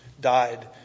died